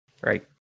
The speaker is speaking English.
Right